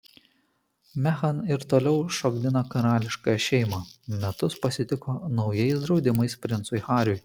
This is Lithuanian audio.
meghan ir toliau šokdina karališkąją šeimą metus pasitiko naujais draudimais princui hariui